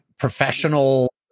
professional